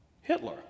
Hitler